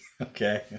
okay